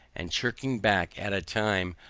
and shrinking back at a time,